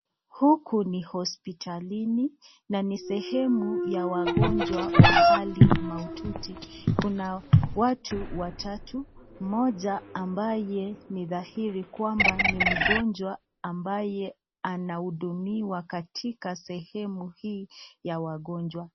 Huku ni hospitalini na ni sehemu ya wagonjwa wa hali mahututi. Kuna watu watatu, mmoja ambaye ni dhahiri kwamba ni mgonjwa ambaye anahudumiwa katika sehemu hii ya wagonjwa.